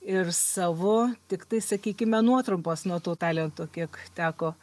ir savu tiktai sakykime nuotrumpos nuo to talento kiek teko